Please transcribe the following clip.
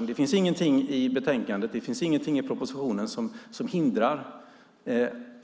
Det finns ingenting i betänkandet och det finns ingenting i propositionen som hindrar